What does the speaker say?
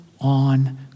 on